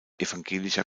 evangelischer